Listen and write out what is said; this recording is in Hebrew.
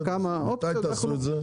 מתי תעשו את זה?